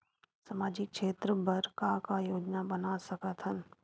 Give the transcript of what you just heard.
सामाजिक क्षेत्र बर का का योजना बना सकत हन?